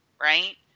right